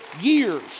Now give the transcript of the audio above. years